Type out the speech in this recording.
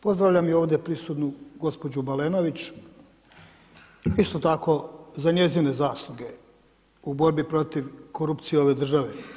Pozdravljam i ovdje prisutnu gospođu Balenović, isto tako, za njezine zasluge u borbi protiv korupcije ove države.